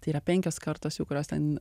tai yra penkios kartos jau kurios ten